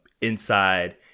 inside